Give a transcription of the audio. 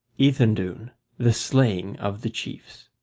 ethandune the slaying of the chiefs